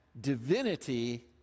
divinity